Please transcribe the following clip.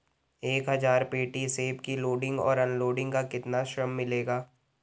एक हज़ार पेटी सेब की लोडिंग और अनलोडिंग का कितना श्रम मिलेगा?